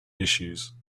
issues